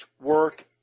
work